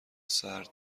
سرد